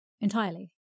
Entirely